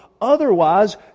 Otherwise